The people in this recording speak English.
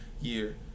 year